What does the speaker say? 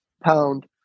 pound